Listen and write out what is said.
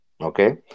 Okay